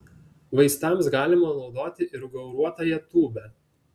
vaistams galima naudoti ir gauruotąją tūbę